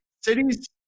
cities